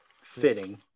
Fitting